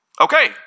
Okay